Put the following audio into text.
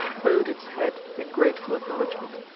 bowed its head in grateful acknowledgment.